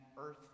earth